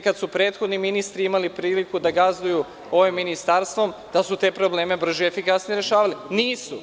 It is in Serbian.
Kada su prethodni ministri imali priliku da gazduju ovim ministarstvom voleo bih da su te probleme brže i efikasnije rešavali, ali nisu.